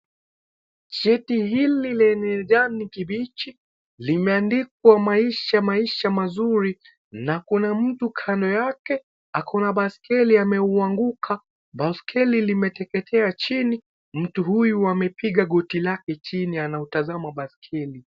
Cheti hili lenye kijani kibichi limeandikwa "Maisha, Maisha mazuri" na kuna mtu kando yake, ako na baiskeli ameuanguka. Baiskeli limeteketea chini. Mtu huyu amepiga koti lake chini anautazama baiskeli.